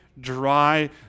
dry